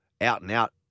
out-and-out